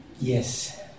Yes